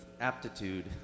aptitude